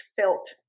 felt